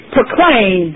Proclaim